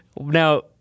Now